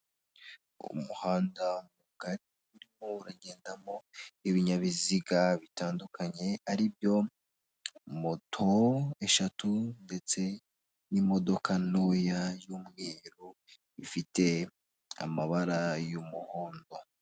umuhanda mugari urimo uragendamo ibinyabiziga bitandukanye, ari byo moto eshatu, ndetse n'imodoka ntoya y'umweru ifite amabara y'umuhondo.